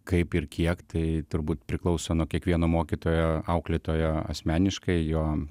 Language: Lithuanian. kaip ir kiek tai turbūt priklauso nuo kiekvieno mokytojo auklėtojo asmeniškai jo